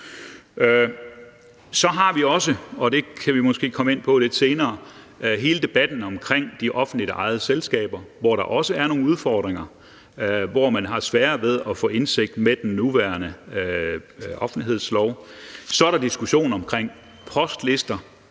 på lidt senere, hele debatten omkring de offentligt ejede selskaber, hvor der også er nogle udfordringer, og hvor man har sværere ved at få indsigt med den nuværende offentlighedslov. Så er der diskussionen om postlister,